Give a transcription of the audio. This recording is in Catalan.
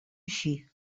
així